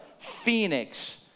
Phoenix